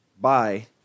Bye